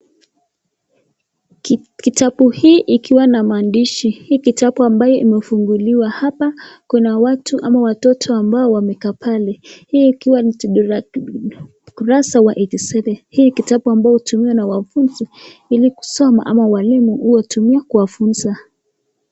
Kitabu hii ikiwa na mandishi, hii kitabu ambaye imefunguliwa hapa, kuna watu ama watoto ambao wamekaa pale, hii ikiwa ni kurasa wa 87 , hii kitabu ambayo utumiwa na wanafunzi ilikusoma, ama walimu huwa utumia kuwafunza.